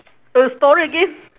oh story again